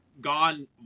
gone